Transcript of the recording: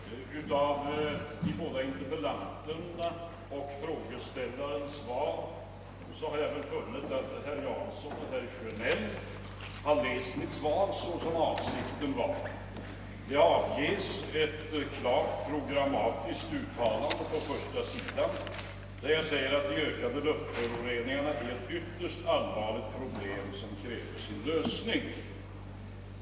Herr talman! Av de båda interpellanternas och frågeställarens inlägg att döma har herr Jansson och herr Sjönell fattat mitt svar såsom avsikten var. Jag gör ett klart programmatiskt uttalande i början, där jag säger att de ökade luftföroreningarna är ett ytterst allvarligt problem som kräver sin lösning.